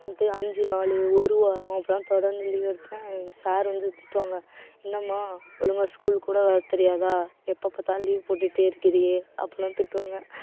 வந்துட்டு அஞ்சு நாள் ஒரு வாரம் அப்படிலாம் தொடர்ந்து லீவ் எடுப்பேன் எங்கள் சார் வந்து திட்டுவாங்க என்னம்மா ஒழுங்காக ஸ்கூல் கூட வர தெரியாதா எப்போ பார்த்தாலும் லீவ் போட்டுகிட்டே இருக்கிறீயே அப்படின்லாம் திட்டுவாங்க